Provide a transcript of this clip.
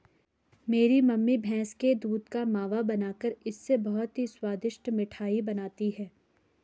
मेरी मम्मी भैंस के दूध का मावा बनाकर इससे बहुत ही स्वादिष्ट मिठाई बनाती हैं